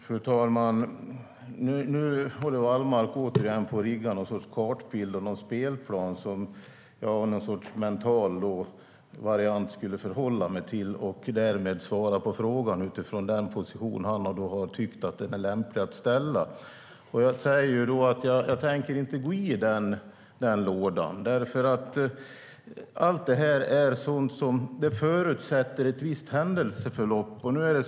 Fru talman! Nu håller Wallmark återigen på och riggar någon sorts kartbild eller spelplan som jag skulle förhålla mig till i någon mental variant och därmed svara på frågan, utifrån en position som han har tyckt var lämplig. Jag tänker inte gå in i den lådan. Allt det här förutsätter ett visst händelseförlopp.